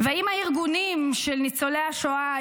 אם הארגונים של ניצולי השואה,